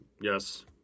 Yes